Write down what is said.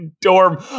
Dorm